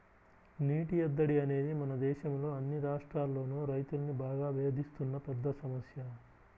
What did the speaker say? నీటి ఎద్దడి అనేది మన దేశంలో అన్ని రాష్ట్రాల్లోనూ రైతుల్ని బాగా వేధిస్తున్న పెద్ద సమస్య